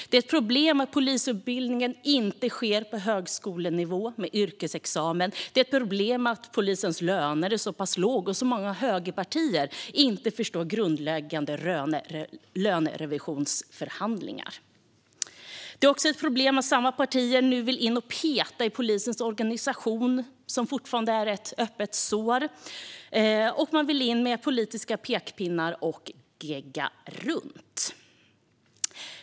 Det är ett problem att polisutbildningen inte sker på högskolenivå med en yrkesexamen. Det är ett problem att polisens löner är så pass låga och att så många högerpartier inte förstår grundläggande lönerevisionsförhandlingar. Det är också ett problem att samma partier nu vill in och peta i polisens organisation, som fortfarande är ett öppet sår. Man vill in med politiska pekpinnar och gegga runt.